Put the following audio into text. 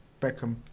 Beckham